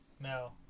No